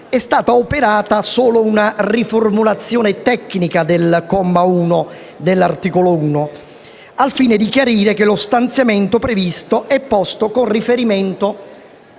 è stata operata solo una riformulazione tecnica del comma 1 dell'articolo 1, al fine di chiarire che lo stanziamento previsto è posto con riferimento